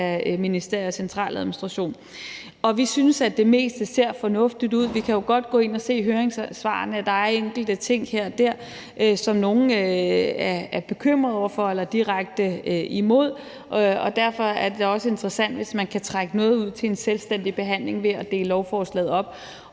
af ministerier og centraladministration. Og vi synes, at det meste ser fornuftigt ud. Vi kan jo godt gå ind og se af høringssvarene, at der er enkelte ting her og der, som nogle er bekymrede for eller direkte imod, og derfor er det da også interessant, hvis man kan trække noget ud til en selvstændig behandling ved at dele lovforslaget op.